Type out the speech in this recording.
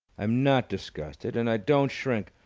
i'm not disgusted! and i don't shrink!